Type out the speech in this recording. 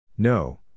No